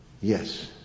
Yes